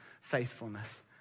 faithfulness